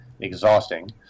exhausting